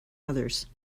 others